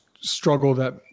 struggle—that